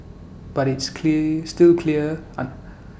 but it's clear still clear aunt